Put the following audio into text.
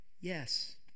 Yes